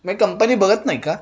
म्हणजे कंपनी बघत नाही का